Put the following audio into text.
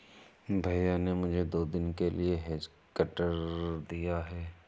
भैया ने मुझे दो दिन के लिए हेज कटर दिया है